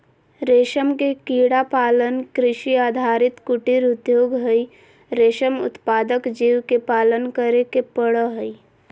रेशम के कीड़ा पालन कृषि आधारित कुटीर उद्योग हई, रेशम उत्पादक जीव के पालन करे के पड़ हई